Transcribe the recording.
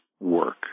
Work